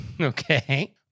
Okay